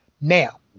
Now